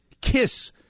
kiss